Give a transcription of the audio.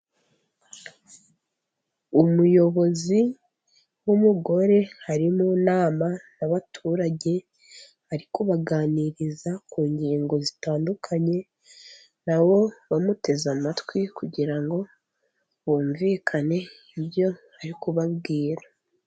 Umuyobozi w'umugore ari mu nama y'abaturage, ari kubaganiriza ku ngingo zitandukanye, na bo bamuteze amatwi, kugira ngo bumvikane ibyo ari kubabwira.